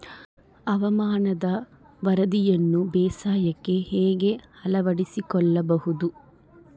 ಹವಾಮಾನದ ವರದಿಯನ್ನು ಬೇಸಾಯಕ್ಕೆ ಹೇಗೆ ಅಳವಡಿಸಿಕೊಳ್ಳಬಹುದು?